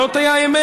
זאת היא האמת,